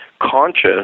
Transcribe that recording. conscious